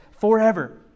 forever